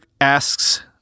asks